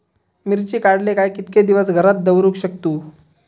मिर्ची काडले काय कीतके दिवस घरात दवरुक शकतू?